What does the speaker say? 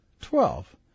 twelve